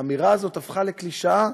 האמירה הזאת הפכה לקלישאה?